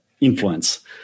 influence